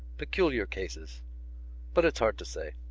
peculiar cases but it's hard to say.